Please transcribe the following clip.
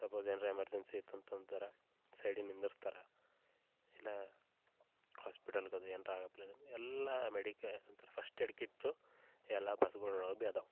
suppose ಏನ್ರ emergency ಇತಂತಂದರೆ ಸೈಡಿಗೆ ನಿಂದರ್ಸ್ತಾರೆ ಇಲ್ಲ ಹಾಸ್ಪೆಟಲ್ಗದು ಏನರ ಆಗಪ್ಲೆನೆ ಎಲ್ಲ ಮೆಡಿಕೇ ಫಸ್ಟ್ ಏಡ್ ಕಿಟ್ಟು ಎಲ್ಲ ಬಸ್ಗಳ್ ಅಲ್ಲಿ ಅದಾವ